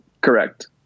Correct